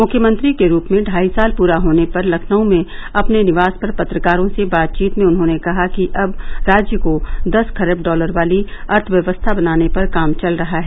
मुख्यमंत्री के रूप में ढाई साल पूरा होने पर लखनऊ में अपने निवास पर पत्रकारों से बातचीत में उन्होंने कहा कि अब राज्य को दस खरब डॉलर वाली अर्थव्यवस्था बनाने पर काम चल रहा है